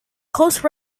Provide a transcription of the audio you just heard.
close